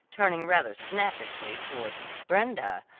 turning rather snappishly towards brenda,